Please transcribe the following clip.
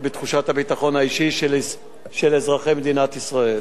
בתחושת הביטחון האישי של אזרחי מדינת ישראל.